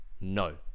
No